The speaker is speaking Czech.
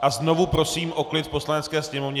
A znovu prosím o klid v Poslanecké sněmovně.